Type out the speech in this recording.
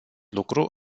lucru